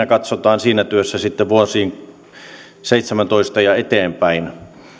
katsotaan sitten vuosiin seitsemäntoista ja eteenpäin